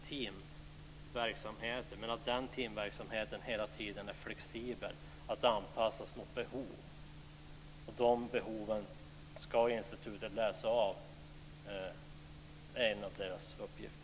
Teamverksamheten ska hela tiden vara flexibel och kunna anpassas efter behov. Dessa behov ska institutet läsa av. Det är en av deras uppgifter.